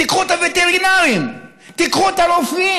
תיקחו את הווטרינרים, תיקחו את הרופאים,